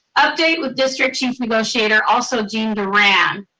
update with district chief negotiator, also gene durand.